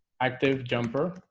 active jumper